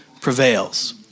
prevails